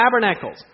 Tabernacles